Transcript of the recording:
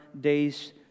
days